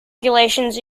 regulations